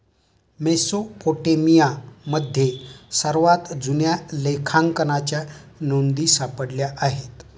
मेसोपोटेमियामध्ये सर्वात जुन्या लेखांकनाच्या नोंदी सापडल्या आहेत